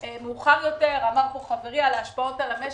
מאוחר יותר - אמר פה חברי על ההשפעות על המשק.